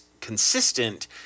consistent